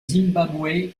zimbabwe